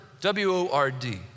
W-O-R-D